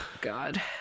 God